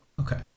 Okay